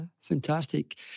Fantastic